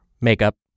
makeup